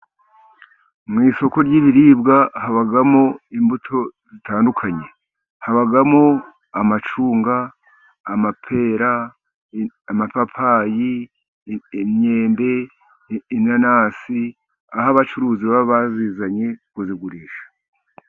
Mu isoko ry'ibiribwa habamo imbuto zitandukanye. Habamo amacunga, amapera, amapapayi, imyembe, inanasi, aho abacuruzi baba bazizanye kuzigurisha.